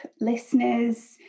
listeners